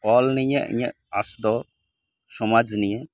ᱚᱞ ᱱᱤᱭᱟᱹ ᱤᱧᱟᱹᱜ ᱟᱥ ᱫᱚ ᱥᱚᱢᱟᱡᱽ ᱱᱤᱭᱟᱹ